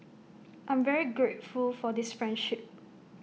I'm very grateful for this friendship